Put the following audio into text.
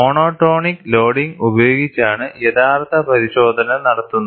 monotonic loading ഉപയോഗിച്ചാണ് യഥാർത്ഥ പരിശോധന നടത്തുന്നത്